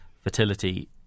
fertility